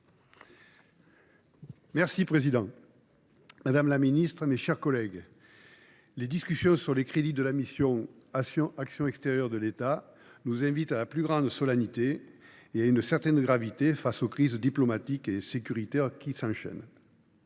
le président, madame la ministre, mes chers collègues, l’examen des crédits de la mission « Action extérieure de l’État » requiert la plus grande solennité et une certaine gravité face aux crises diplomatiques et sécuritaires qui s’enchaînent.